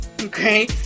Okay